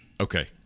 Okay